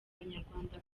banyarwanda